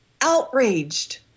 outraged